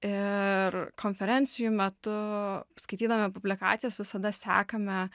ir konferencijų metu skaitydami publikacijas visada sekame